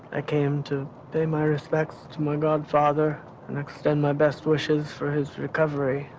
i came to pay my respects to my godfather and extend my best wishes for his recovery,